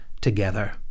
together